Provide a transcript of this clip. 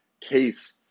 case